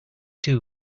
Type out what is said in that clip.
two